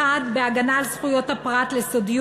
מחד גיסא בהגנה על זכויות הפרט לסודיות